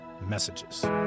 messages